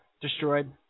destroyed